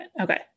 Okay